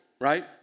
right